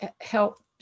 help